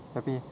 tapi